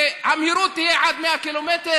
שהמהירות תהיה עד 100 קילומטר?